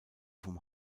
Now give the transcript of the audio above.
vom